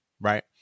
Right